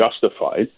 justified